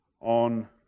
on